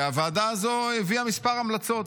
והוועדה הזו הביאה מספר המלצות,